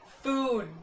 food